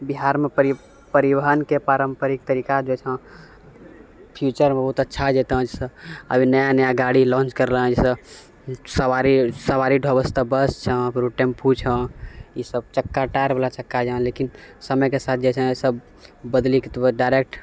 बिहारमे परिवहनके पारम्परिक तरीका जे छै फ्यूचर मे बहुत अच्छा जेतो जैसे अभी नया नया गाड़ी लॉन्च करि रहल छै सवारी ढोबै छै तऽ बस छै फेरू टेम्पू छै ई सब चक्का टायरवाला चक्का जे छै लेकिन समयके साथ जे छै सब बदलि कऽ ताहिके बाद डायरेक्ट